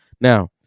now